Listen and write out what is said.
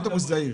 עשינו